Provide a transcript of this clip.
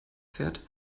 fährt